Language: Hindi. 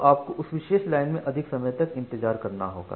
तो आपको उस विशेष लाइन में अधिक समय तक इंतजार करना होगा